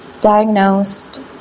diagnosed